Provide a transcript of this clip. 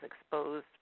exposed